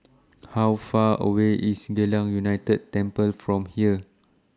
How Far away IS Geylang United Temple from here